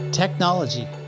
Technology